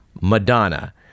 Madonna